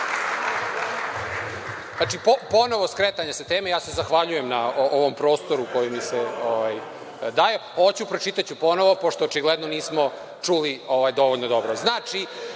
Ponovo skretanje sa teme. Ja se zahvaljujem na ovom prostoru koji mi se daje. Hoću, pročitaću ponovo, pošto očigledno nismo čuli dovoljno dobro. Znači,